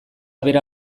bera